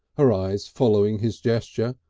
her eyes following his gesture,